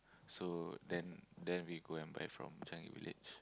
so then then we go and buy from Changi Village